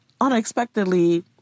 Unexpectedly